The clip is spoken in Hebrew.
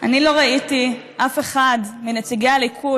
לא ראיתי אף אחד מנציגי הליכוד,